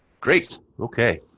great. ok.